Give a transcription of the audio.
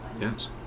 yes